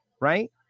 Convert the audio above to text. right